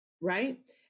Right